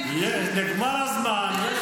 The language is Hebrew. נגמר הזמן.